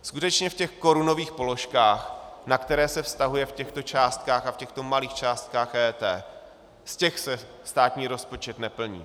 Skutečně v těch korunových položkách, na které se vztahuje v těchto částkách a v těchto malých částkách EET, z těch se státní rozpočet neplní.